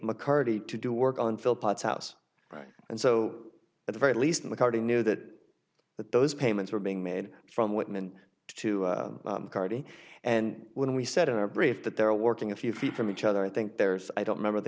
mccarty to do work on phil potts house right and so at the very least in the car he knew that those payments were being made from whitman to carty and when we said in our brief that they're all working a few feet from each other i think there's i don't remember the